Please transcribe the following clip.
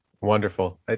Wonderful